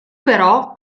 però